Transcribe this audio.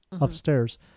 upstairs